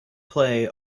play